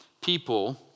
people